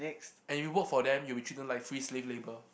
and you work for them you will be treated like free slave labor